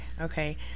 okay